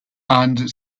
and